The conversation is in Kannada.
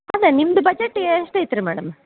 ಅಲ್ಲ ನಿಮ್ದು ಬಜೆಟ್ ಎಷ್ಟು ಐತೆ ರೀ ಮೇಡಮ್